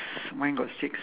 just standing down there